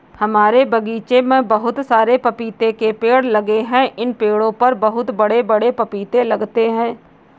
हमारे बगीचे में बहुत सारे पपीते के पेड़ लगे हैं इन पेड़ों पर बहुत बड़े बड़े पपीते लगते हैं